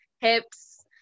hips